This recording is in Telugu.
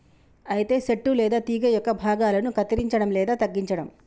అయితే సెట్టు లేదా తీగ యొక్క భాగాలను కత్తిరంచడం లేదా తగ్గించడం